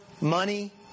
money